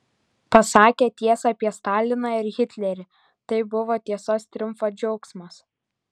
pasakė tiesą apie staliną ir hitlerį tai buvo tiesos triumfo džiaugsmas